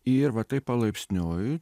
ir va taip palaipsniui